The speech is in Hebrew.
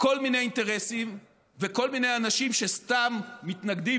כל מיני אינטרסים וכל מיני אנשים שסתם מתנגדים,